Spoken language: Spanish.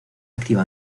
activa